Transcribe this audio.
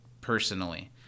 personally